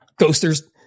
ghosters